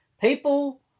People